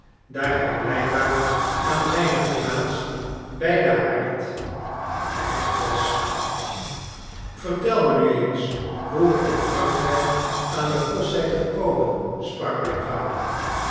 daar hij blijkbaar aan zijne plaats bij den haard gehecht was vertel me nu eens hoe ge in frankrijk aan den kost zijt gekomen sprak mijn vader